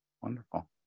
Wonderful